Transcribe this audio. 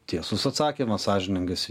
tiesus atsakymas sąžiningas